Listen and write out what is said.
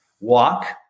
walk